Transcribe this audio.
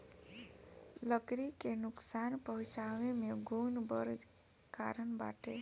लकड़ी के नुकसान पहुंचावे में घुन बड़ कारण बाटे